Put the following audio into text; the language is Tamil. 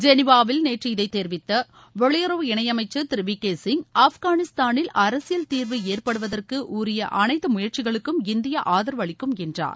ஜெனிவாவில் நேற்ற இதைத் தெரிவித்த வெளியுறவு இணையமைச்சர் திரு வி கே சிங் ஆப்கானிஸ்தானில் அரசியல் தீர்வு ஏற்படுவதற்கு உரிய அனைத்து முயற்சிகளுக்கும் இந்தியா ஆதரவு அளிக்கும் என்றார்